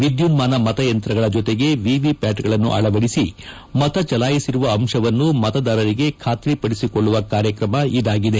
ವಿದ್ಯುನ್ಮಾನ ಮತಯಂತ್ರಗಳ ಜೊತೆಗೆ ವಿವಿಪ್ಯಾಟ್ಗಳನ್ನು ಅಳವಡಿಸಿ ಮತ ಚಲಾಯಿಸಿರುವ ಅಂಶವನ್ನು ಮತದಾರರಿಗೆ ಖಾತ್ರಿಪಡಿಸಿಕೊಳ್ಳುವ ಕಾರ್ಯತ್ರಮ ಇದಾಗಿದೆ